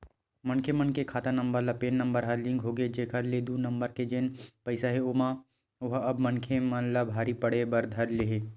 मनखे मन के खाता नंबर ले पेन नंबर ह लिंक होगे हे जेखर ले दू नंबर के जेन पइसा हे ओहा अब मनखे मन ला भारी पड़े बर धर ले हे